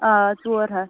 آ ژور ہَتھ